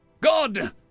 God